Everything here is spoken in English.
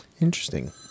Interesting